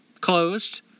closed